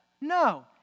No